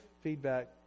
feedback